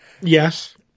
Yes